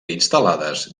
instal·lades